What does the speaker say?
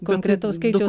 konkretaus skaičiaus